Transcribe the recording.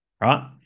right